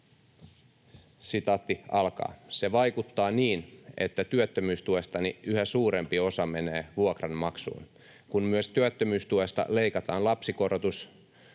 sitaattia alkaa